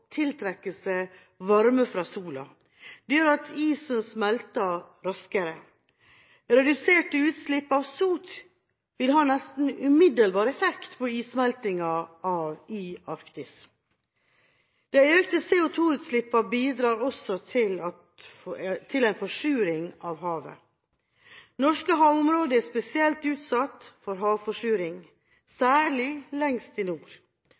varme fra sola. Det gjør at isen smelter raskere. Reduserte utslipp av sot vil ha nesten umiddelbar effekt på issmeltingen i Arktis. De økte CO2-utslippene bidrar også til en forsuring av havet. Norske havområder er spesielt utsatt for havforsuring, særlig lengst i nord.